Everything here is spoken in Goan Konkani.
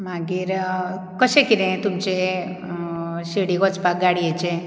मागीर कशें किदें तुमचें शिरडी वचपाक गाडयेचें